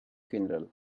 funeral